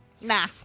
Nah